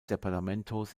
departamentos